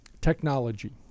technology